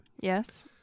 Yes